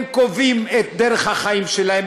הם קובעים את דרך החיים שלהם,